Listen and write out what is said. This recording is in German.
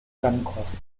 trennkost